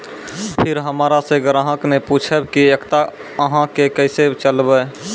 फिर हमारा से ग्राहक ने पुछेब की एकता अहाँ के केसे चलबै?